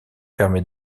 prennent